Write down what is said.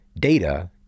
data